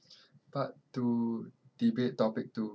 part two debate topic two